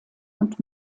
und